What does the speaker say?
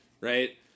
right